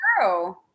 true